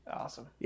Awesome